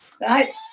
right